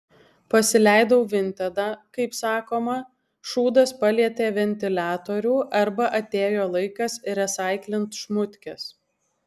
pasileidau vintedą kaip sakoma šūdas palietė ventiliatorių arba atėjo laikas resaiklint šmutkes